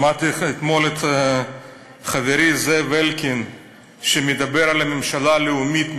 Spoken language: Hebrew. שמעתי אתמול את חברי זאב אלקין מדבר על ממשלה לאומית,